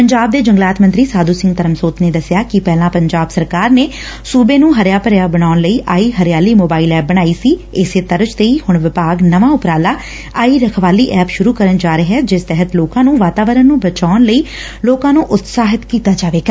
ਪੰਜਾਬ ਦੇ ਜੰਗਲਾਤ ਮੰਤਰੀ ਸਾਧੁ ਸਿੰਘ ਧਰਮਸੋਤ ਨੇ ਦਸਿਆ ਕਿ ਪਹਿਲਾ ਪੰਜਾਬ ਸਰਕਾਰ ਨੇ ਸੂਬੇ ਨੂੰ ਹਰਿਆ ਭਰਿਆ ਬਣਾਉਣ ਲਈ ਆਈ ਹਰਿਆਲੀ ਮੋਬਾਇਲ ਐਪ ਬਣਾਈ ਸੀ ਇਸੇ ਤਰਜ਼ ਤੇ ਹੀ ਹੁਣ ਵਿਭਾਗ ਨਵਾਂ ਉਪਰਾਲਾ ਆਈ ਰਖਵਾਲੀ ਐਪ ਸੁਰੁ ਕਰਨ ਜਾ ਰਿਹੈ ਜਿਸ ਤਹਿਤ ਲੋਕਾਂ ਨੂੰ ਵਾਤਾਵਰਣ ਨੂੰ ਚਬਾਉਣ ਲਈ ਲੋਕਾਂ ਨੂੰ ਉਤਸ਼ਾਹਿਤ ਕੀਤਾ ਜਾਵੇਗਾ